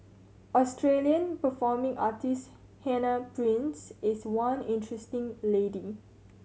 Australian performing artist Hannah Price is one interesting lady